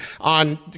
on